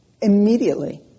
Immediately